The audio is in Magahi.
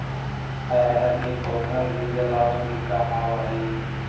अरहर के पौधा भी जलावन के काम आवऽ हइ